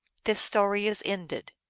this story is ended.